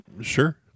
Sure